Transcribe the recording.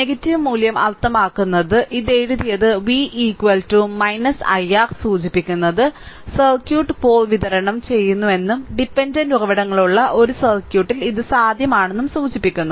negative മൂല്യം അർത്ഥമാക്കുന്നത് ഇത് എഴുതിയത് V i R സൂചിപ്പിക്കുന്നത് സർക്യൂട്ട് പോർ വിതരണം ചെയ്യുന്നുവെന്നും ഡിപെൻഡന്റ് ഉറവിടങ്ങളുള്ള ഒരു സർക്യൂട്ടിൽ ഇത് സാധ്യമാണെന്നും സൂചിപ്പിക്കുന്നു